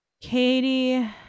Katie